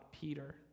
Peter